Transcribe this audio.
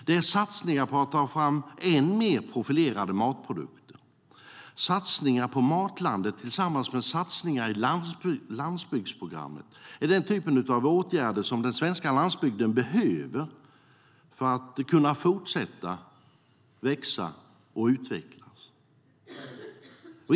Det är satsningar på att kunna ta fram ännu mer profilerade matprodukter. Satsningar på Matlandet tillsammans med satsningar i landsbygdsprogrammet är den typ av åtgärder som den svenska landsbygden behöver för att kunna fortsätta att växa och utvecklas.